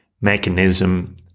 mechanism